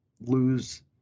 lose